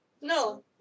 No